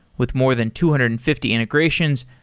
with more than two hundred and fifty integrations,